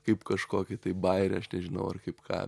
kaip kažkokį tai bajerį aš nežinau ar kaip ką